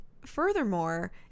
furthermore